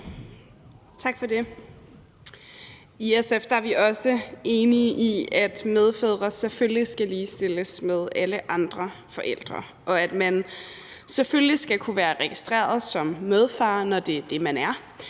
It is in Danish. I SF er vi også enige i, at medfædre selvfølgelig skal ligestilles med alle andre forældre, og at man selvfølgelig skal kunne være registreret som medfar, når det er det, man er,